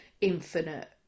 infinite